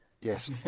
Yes